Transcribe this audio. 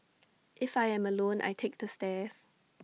if I am alone I take the stairs